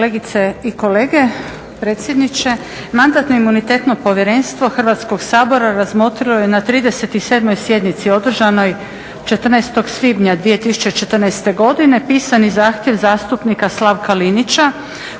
Kolegice i kolege, predsjedniče Mandatno-imunitetno povjerenstvo Hrvatskog sabora razmotrilo je na 37. sjednici održanoj 14. svibnja 2014. godine pisani zahtjev zastupnika Slavka Linića